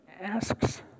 asks